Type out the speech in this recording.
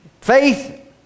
Faith